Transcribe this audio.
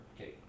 Okay